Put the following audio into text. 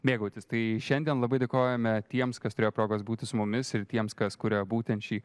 mėgautis tai šiandien labai dėkojame tiems kas turėjo progos būti su mumis ir tiems kas kuria būtent šį